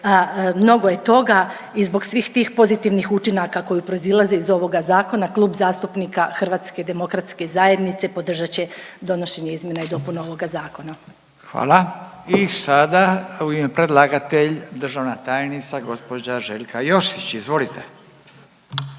mnogo je toga i zbog svih tih pozitivnih učinaka koji proizlaze iz ovoga zakona Klub zastupnika HDZ-a podržat će donošenje izmjena i dopuna ovoga zakona. **Radin, Furio (Nezavisni)** Hvala. I sada u ime predlagatelja državna tajnica gospođa Željka Josić. Izvolite.